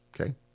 Okay